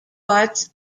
parts